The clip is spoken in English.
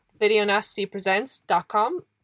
videonastypresents.com